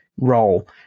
Role